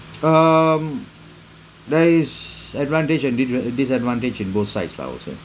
um there is advantage and disav~ disadvantage in both sides lah I'll say